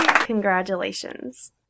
Congratulations